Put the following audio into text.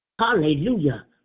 Hallelujah